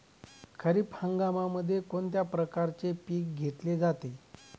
खरीप हंगामामध्ये कोणत्या प्रकारचे पीक घेतले जाते?